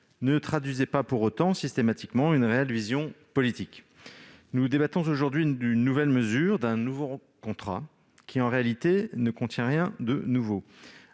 ne traduisaient pas pour autant systématiquement une réelle vision politique. Nous débattons aujourd'hui d'une nouvelle mesure, d'un nouveau contrat qui, en réalité, ne contient rien de nouveau.